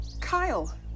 Kyle